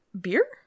Beer